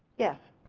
yes.